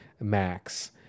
max